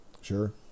sure